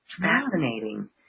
fascinating